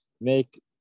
make